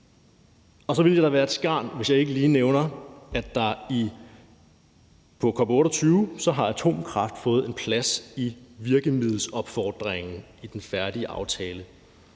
Så ville jeg da være et skarn, hvis ikke jeg lige nævnte, at atomkraft på COP28 har fået en plads i virkemiddelsopfordringen i den færdige aftale.